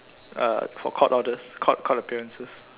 uh for court orders court court appearances